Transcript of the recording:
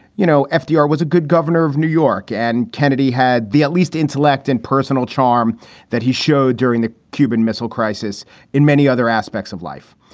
you know, fdr was a good governor of new york and kennedy had the at least intellect and personal charm that he showed during the cuban missile crisis in many other aspects of life.